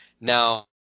Now